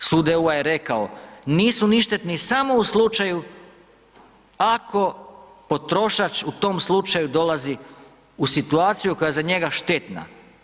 Sud EU-a je rekao nisu ništetni samo u slučaju ako potrošač u tom slučaju dolazi u situaciju koja je za njega štetna.